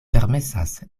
permesas